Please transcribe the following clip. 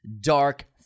dark